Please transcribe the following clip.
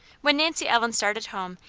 when nancy ellen started home,